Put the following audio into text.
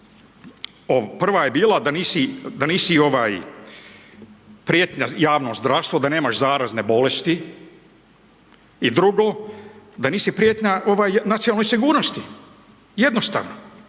Prva je bila da nisi prijetnja javnom zdravstvo, da nemaš zarazne bolesti i drugo da nisi prijetnja nacionalnoj sigurnosti, jednostavno.